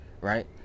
right